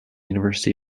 university